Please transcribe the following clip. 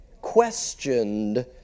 questioned